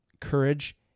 courage